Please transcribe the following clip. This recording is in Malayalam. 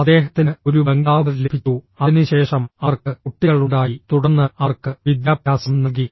അദ്ദേഹത്തിന് ഒരു ബംഗ്ലാവ് ലഭിച്ചു അതിനുശേഷം അവർക്ക് കുട്ടികളുണ്ടായി തുടർന്ന് അവർക്ക് വിദ്യാഭ്യാസം നൽകി